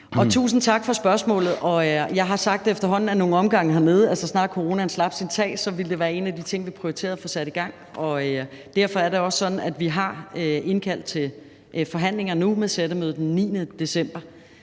Tusind tak for spørgsmålet. Jeg har sagt efterhånden ad nogle omgange hernede, at så snart coronaen slap sit tag, ville det være en af de ting, vi prioriterede at få sat i gang. Derfor er det også sådan, at vi har indkaldt til forhandlinger nu med sættemøde den 9. december.